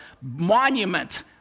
monument